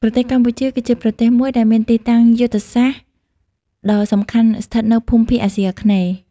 ប្រទេសកម្ពុជា គឺជាប្រទេសមួយដែលមានទីតាំងយុទ្ធសាស្ត្រដ៏សំខាន់ស្ថិតនៅភូមិភាគអាស៊ីអាគ្នេយ៍។